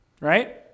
right